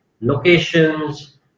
locations